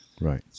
Right